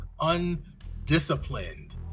undisciplined